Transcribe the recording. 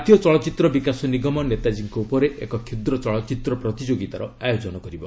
ଜାତୀୟ ଚଳଚ୍ଚିତ୍ର ବିକାଶ ନିଗମ' ନେତାଜୀଙ୍କ ଉପରେ ଏକ କ୍ଷୁଦ୍ର ଚଳଚ୍ଚିତ୍ର ପ୍ରତିଯୋଗିତାର ଆୟୋଜନ କରିବ